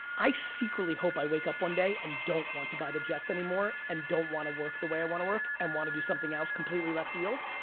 i secretly hope i wake up one day and don't want to buy the jets anymore and don't wanna work the way i wanna work and wanna do something else completely left field.